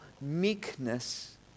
Meekness